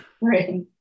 right